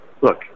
Look